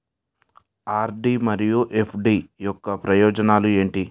RD మరియు FD యొక్క ప్రయోజనాలు ఏంటి?